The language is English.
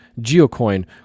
geocoin